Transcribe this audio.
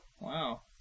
wow